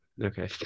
Okay